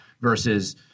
Versus